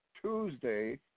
Tuesday